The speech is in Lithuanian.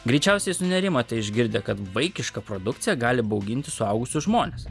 greičiausiai sunerimote išgirdę kad vaikiška produkcija gali bauginti suaugusius žmones